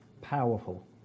Powerful